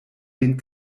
den